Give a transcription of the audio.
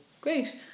great